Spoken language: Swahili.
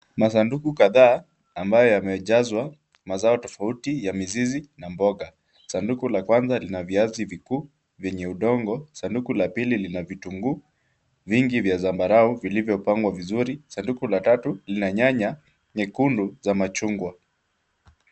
Masanduku kadhaa ambayo yamejazwa mazao tofauti ya mizizi na mboga. Sanduku la kwanza lina viazi vikuu vyenye udongo, sanduku la pili lina vitunguu vingi vya zambarau vilivyopangwa vizuri. Sanduku la tatu lina nyanya nyekundu za machungwa.